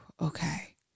okay